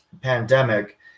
pandemic